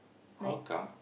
how come